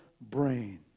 brain